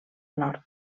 nord